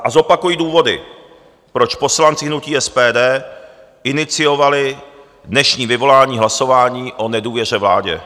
A zopakuji důvody, proč poslanci hnutí SPD iniciovali dnešní vyvolání hlasování o nedůvěře vládě.